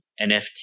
NFT